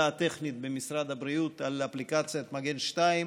הטכנית במשרד הבריאות על אפליקציית מגן 2,